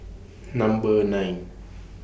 Number nine